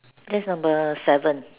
that's number seven